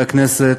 הכנסת,